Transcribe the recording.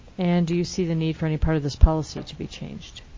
and do you see the need for any part of this policy to be changed?